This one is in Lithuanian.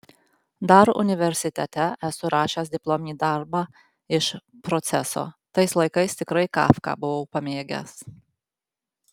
dar universitete esu rašęs diplominį darbą iš proceso tais laikais tikrai kafką buvau pamėgęs